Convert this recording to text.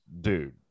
dude